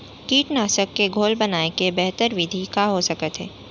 कीटनाशक के घोल बनाए के बेहतर विधि का हो सकत हे?